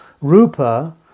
Rupa